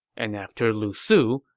and after lu su,